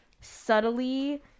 subtly